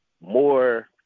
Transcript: more